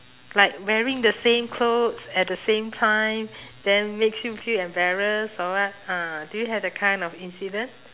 like wearing the same clothes at the same time then makes you feel embarrassed or what ah do you have that kind of incident